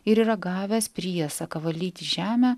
ir yra gavęs priesaką valyti žemę